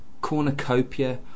cornucopia